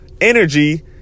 energy